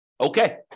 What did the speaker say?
Okay